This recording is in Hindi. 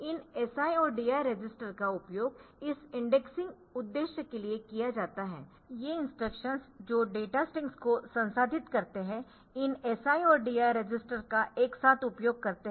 इन SI और DI रजिस्टर्स का उपयोग इस इंडेक्सिंग उद्देश्य के लिए किया जाता है ये इंस्ट्रक्शंस जो डेटा स्ट्रिंग्स को संसाधित करते है इन SI और DI रजिस्टर्स का एक साथ उपयोग करते है